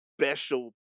special